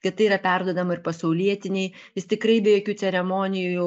kad tai yra perduodama ir pasaulietinei jis tikrai be jokių ceremonijų